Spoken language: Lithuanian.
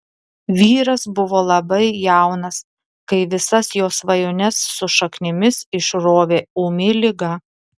vyras buvo labai jaunas kai visas jo svajones su šaknimis išrovė ūmi liga